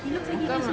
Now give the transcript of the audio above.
muka dia memang